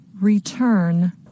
return